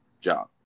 job